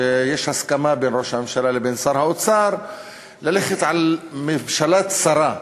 שיש הסכמה בין ראש הממשלה לבין שר האוצר ללכת על ממשלה צרה,